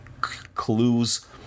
clues